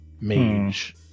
mage